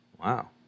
Wow